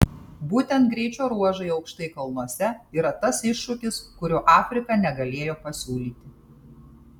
būtent greičio ruožai aukštai kalnuose yra tas iššūkis kurio afrika negalėjo pasiūlyti